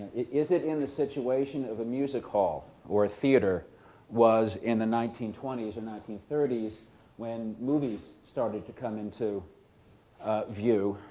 is it in this situation of a music hall or theater was in the nineteen twenty s or nineteen thirty s when movies started to come into view?